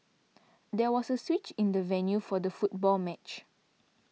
there was a switch in the venue for the football match